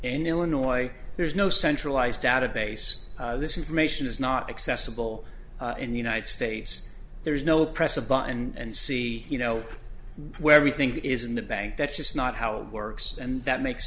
in illinois there's no centralized database this information is not accessible in the united states there's no press a button and see you know where everything is in the bank that's just not how it works and that makes